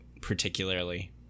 particularly